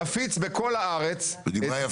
מתכוונים להפיץ בכל הארץ -- והיא דיברה יפה אגב.